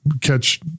catch